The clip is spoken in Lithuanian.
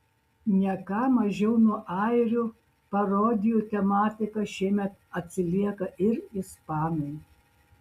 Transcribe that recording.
ne ką mažiau nuo airių parodijų tematika šiemet atsilieka ir ispanai